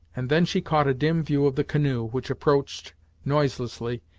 and then she caught a dim view of the canoe, which approached noiselessly,